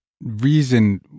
reason